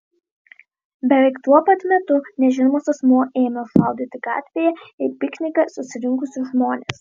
beveik tuo pat metu nežinomas asmuo ėmė šaudyti gatvėje į pikniką susirinkusius žmones